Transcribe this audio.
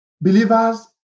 believers